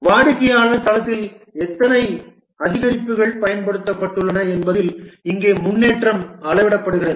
வாடிக்கையாளர் தளத்தில் எத்தனை அதிகரிப்புகள் பயன்படுத்தப்பட்டுள்ளன என்பதில் இங்கே முன்னேற்றம் அளவிடப்படுகிறது